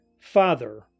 father